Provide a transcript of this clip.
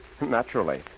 Naturally